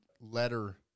letter